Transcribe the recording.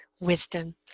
wisdom